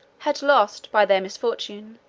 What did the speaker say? had lost, by their misfortune,